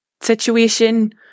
situation